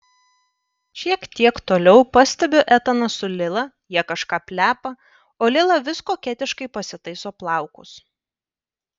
šiek tiek toliau pastebiu etaną su lila jie kažką plepa o lila vis koketiškai pasitaiso plaukus